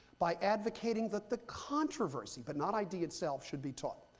by advocating that the controversy, but not id itself, should be taught.